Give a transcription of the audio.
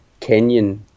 kenyan